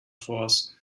tors